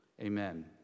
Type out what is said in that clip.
Amen